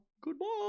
Goodbye